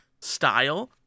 style